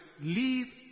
leave